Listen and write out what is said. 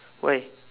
why